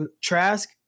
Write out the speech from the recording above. Trask